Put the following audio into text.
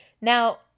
Now